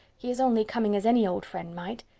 he is only coming as any old friend might.